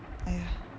!aiya!